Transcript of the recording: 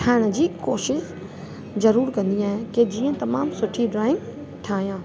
ठाहिण जी कोशिशि ज़रूरु कंदी आहियां की जीअं तमामु सुठी ड्रॉइंग ठाहियां